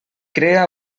crea